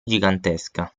gigantesca